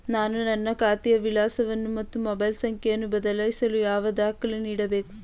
ನಾನು ನನ್ನ ಖಾತೆಯ ವಿಳಾಸವನ್ನು ಮತ್ತು ಮೊಬೈಲ್ ಸಂಖ್ಯೆಯನ್ನು ಬದಲಾಯಿಸಲು ಯಾವ ದಾಖಲೆ ನೀಡಬೇಕು?